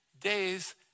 days